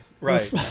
right